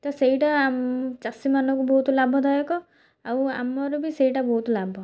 ତ ସେଇଟା ଆମ ଚାଷୀମାନକୁ ବହୁତ ଲାଭଦାୟକ ଆଉ ଆମର ବି ସେଇଟା ବହୁତ ଲାଭ